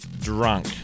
drunk